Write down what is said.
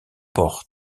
port